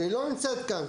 שלא נמצאת כאן,